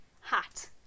hat